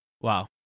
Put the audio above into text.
Wow